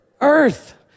earth